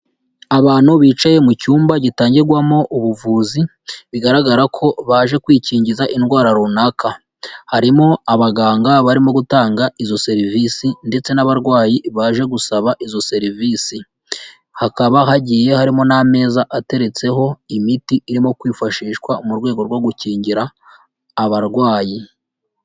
Abantu bicaye mu cyumba gitangirwagwamo ubuvuzi bigaragara ko baje kwikingiza indwara runaka, harimo abaganga barimo gutanga izo serivisi ndetse n'abarwayi baje gusaba izo serivisi, hakaba hagiye harimo n'ameza ateretseho imiti irimo kwifashishwa mu rwego rwo gukingira abarwayi.